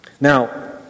Now